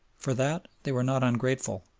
for that they were not ungrateful,